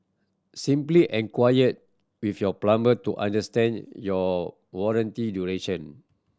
simply enquire with your plumber to understand your warranty duration